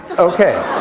ok.